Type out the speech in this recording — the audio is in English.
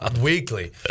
weekly